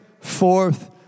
forth